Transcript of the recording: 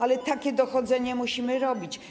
Ale takie dochodzenie musimy robić.